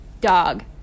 dog